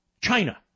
China